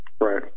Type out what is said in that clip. right